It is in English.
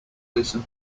listen